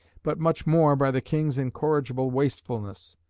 but much more by the king's incorrigible wastefulness.